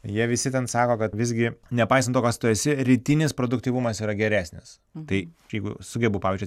jie visi ten sako kad visgi nepaisant to kas tu esi rytinis produktyvumas yra geresnis tai aš jeigu sugebu pavyzdžiui